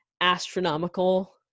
astronomical